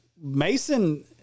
Mason –